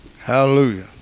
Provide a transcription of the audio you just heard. hallelujah